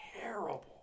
terrible